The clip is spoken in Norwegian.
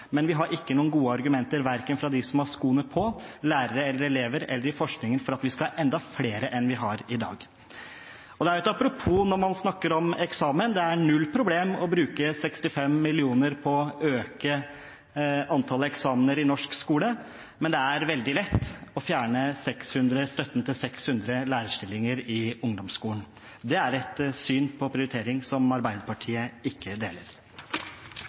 men vi har ikke noen gode argumenter verken fra dem som har skoene på, lærere og elever, eller fra forskningen for at vi skal ha enda flere eksamener enn vi har i dag. Og det er et apropos når man snakker om eksamen: Det er null problem å bruke 65 mill. kr på å øke antall eksamener i norsk skole, men det er veldig lett å fjerne støtten til 600 lærerstillinger i ungdomsskolen. Det er et syn på prioritering som Arbeiderpartiet ikke deler.